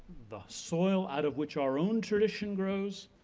the soil out of which our own tradition grows